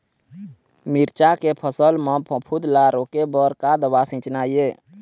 मिरचा के फसल म फफूंद ला रोके बर का दवा सींचना ये?